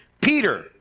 Peter